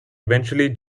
eventually